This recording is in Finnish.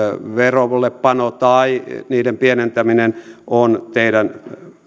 verollepano tai niiden pienentäminen on tähän saakka ollut teidän